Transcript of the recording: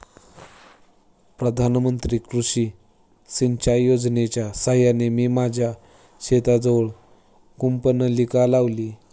प्रधानमंत्री कृषी सिंचाई योजनेच्या साहाय्याने मी माझ्या शेताजवळ कूपनलिका लावली